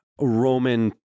Roman